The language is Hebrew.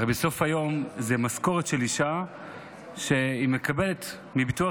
הרי בסוף היום זו משכורת של אישה שהיא מקבלת מביטוח